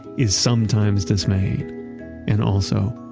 is sometimes dismaying and also,